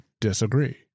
disagree